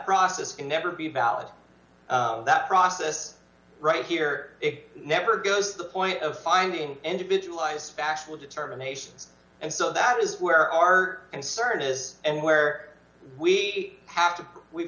process never be about that process right here it never goes to the point of finding individual eyes actual determinations and so that is where our concern is and where we have to we